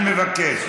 אתה תהיה בשקט.